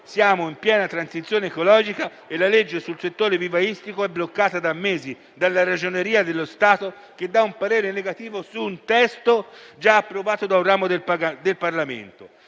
siamo in piena transizione ecologica e la legge sul settore vivaistico è bloccata da mesi, dalla Ragioneria dello Stato, che ha espresso un parere negativo su un testo già approvato da un ramo del Parlamento,